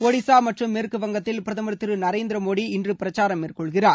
ஒடிசா மற்றும் மேற்கு வங்கத்தில் பிரதமா் திரு நநரேந்திர மோடி இன்று பிரச்சாரம் மேற்கொள்கிறார்